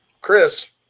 Chris